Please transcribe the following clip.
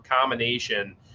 combination